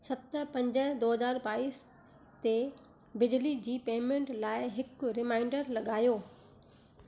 सत पंज दो हज़ार बाइस ते बिजली जी पेमेंट लाइ हिकु रिमाइंडर लॻायो